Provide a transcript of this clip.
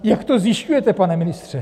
Jak to zjišťujete, pane ministře?